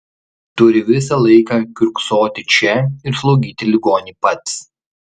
turi visą laiką kiurksoti čia ir slaugyti ligonį pats